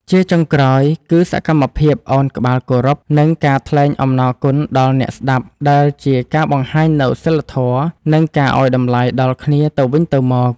ជាចុងក្រោយ គឺសកម្មភាពឱនក្បាលគោរព និងការថ្លែងអំណរគុណដល់អ្នកស្ដាប់ ដែលជាការបង្ហាញនូវសីលធម៌ និងការឱ្យតម្លៃដល់គ្នាទៅវិញទៅមក។